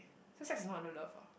so sex is not under love ah